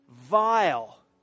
vile